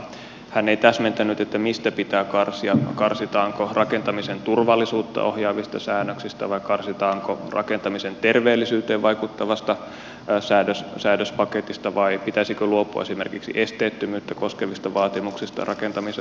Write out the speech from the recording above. hän ei täsmentänyt mistä pitää karsia karsitaanko rakentamisen turvallisuutta ohjaavista säännöksistä vai karsitaanko rakentamisen terveellisyyteen vaikuttavasta säädöspaketista vai pitäisikö luopua esimerkiksi esteettömyyttä koskevista vaatimuksista rakentamisen ohjauksessa